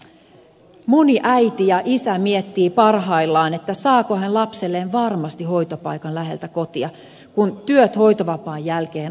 moni äiti ja isä miettii parhaillaan saako hän lapselleen varmasti hoitopaikan läheltä kotia kun työt hoitovapaan jälkeen alkavat